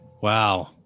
Wow